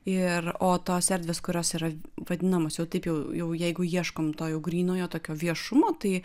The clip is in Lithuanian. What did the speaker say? ir o tos erdvės kurios yra vadinamos jau taip jau jeigu ieškom to jau grynojo tokio viešumo tai